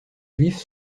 juifs